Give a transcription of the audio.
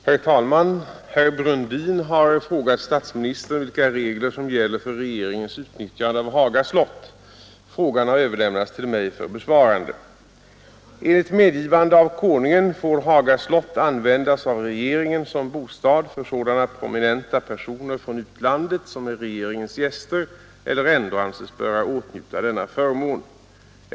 Herr talman! Herr Brundin har frågat statsministern vilka regler som gäller för regeringens utnyttjande av Haga slott. Frågan har överlämnats till mig för besvarande. Enligt medgivande av Konungen får Haga slott användas av regeringen som bostad för sådana prominenta personer från utlandet som är regeringens gäster eller ändå anses böra åtnjuta denna förmån.